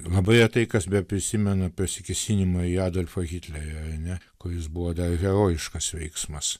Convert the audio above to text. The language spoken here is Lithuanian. labai retai kas beprisimena pasikėsinimą į adolfą hitlerį ar ne kol jis buvo dar herojiškas veiksmas